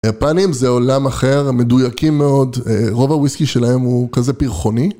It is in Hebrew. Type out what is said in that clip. יפנים זה עולם אחר, הם מדויקים מאוד, רוב הוויסקי שלהם הוא כזה פרחוני.